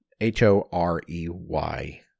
H-O-R-E-Y